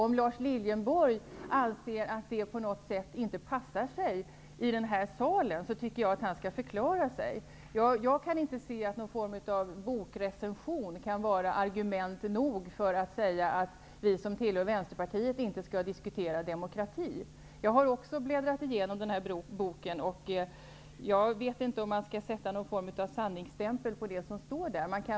Om Lars Leijonborg anser att det på något sätt inte passar sig i den här salen, tycker jag att han skall förklara sig. Jag kan inte se att någon form av bokrecension kan vara argument nog för att säga att vi som tillhör Vänsterpartiet inte skall diskutera demokrati. Jag har också bläddrat igenom boken som Lars Leijonborg nämnde, och jag vet inte om man skall sätta någon sanningsstämpel på det som står där.